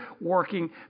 working